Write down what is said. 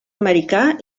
americà